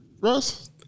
Russ